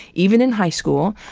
even in high school.